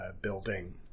building